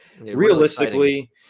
Realistically